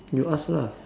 you ask lah